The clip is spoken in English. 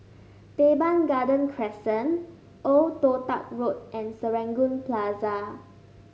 Teban Garden Crescent Old Toh Tuck Road and Serangoon Plaza